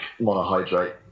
monohydrate